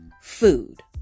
food